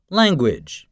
language